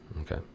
okay